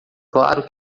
claro